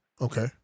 okay